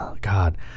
God